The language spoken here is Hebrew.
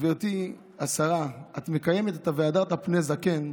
גברתי השרה, את מקיימת "והדרת פני זקן"